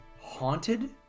haunted